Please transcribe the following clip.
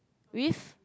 with